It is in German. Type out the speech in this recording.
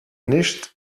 nicht